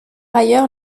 ailleurs